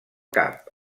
cap